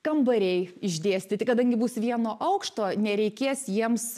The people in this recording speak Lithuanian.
kambariai išdėstyti kadangi bus vieno aukšto nereikės jiems